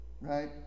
Right